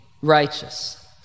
righteous